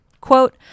Quote